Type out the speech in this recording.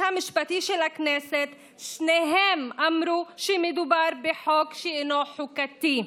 המשפטי של הכנסת שניהם אמרו שמדובר בחוק שאינו חוקתי.